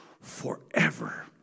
forever